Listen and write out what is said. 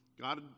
God